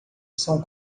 são